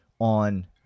on